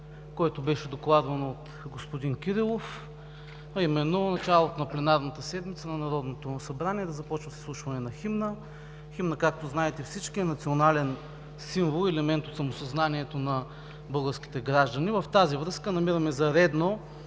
то беше докладвано от господин Кирилов, а именно в началото на пленарната седмица Народното събрание да започва с изслушване на химна. Химнът, както всички знаете, е национален символ и елемент от самосъзнанието на българските граждани. В тази връзка намираме за редно